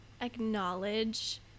acknowledge